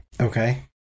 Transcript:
Okay